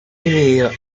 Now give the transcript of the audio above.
dividido